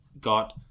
got